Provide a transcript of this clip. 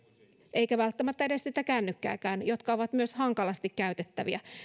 eikä välttämättä edes tätä kännykkää ja nämä ovat myös hankalasti käytettäviä